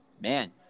man